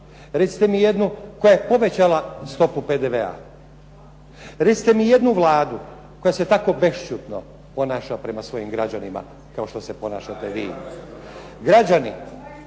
recite mi jednu koja je povećala stopu PDV-a. Recite mi jednu vladu koja se tako bešćutno ponaša prema svojim građanima kao što se ponašate vi. Građani